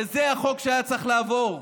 וזה החוק שהיה צריך לעבור.